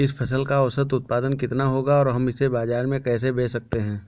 इस फसल का औसत उत्पादन कितना होगा और हम इसे बाजार में कैसे बेच सकते हैं?